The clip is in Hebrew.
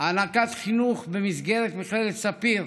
היא הענקת חינוך במסגרת מכללת ספיר.